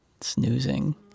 snoozing